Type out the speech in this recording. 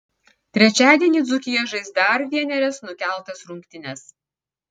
trečiadienį dzūkija žais dar vienerias nukeltas rungtynes